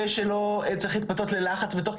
ושלא צריך להתפתות ללחץ בתוך הקהילות,